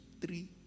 three